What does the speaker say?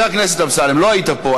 סליחה, חבר הכנסת אמסלם, לא היית פה.